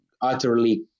utterly